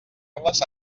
les